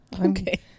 Okay